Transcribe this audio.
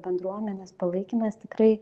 bendruomenės palaikymas tikrai